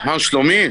מה שלומי?